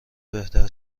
بهتر